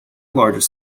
largest